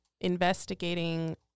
investigating